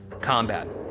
combat